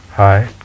Hi